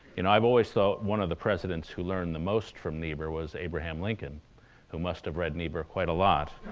you know, i've always thought one of the presidents who learned the most from niebuhr was abraham lincoln who must've read niebuhr niebuhr quite a lot